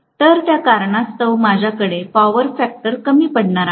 तर त्या कारणास्तव माझ्याकडे पॉवर फॅक्टर कमी पडणार आहे